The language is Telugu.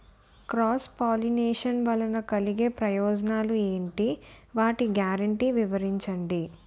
క్రాస్ పోలినేషన్ వలన కలిగే ప్రయోజనాలు ఎంటి? వాటి గ్యారంటీ వివరించండి?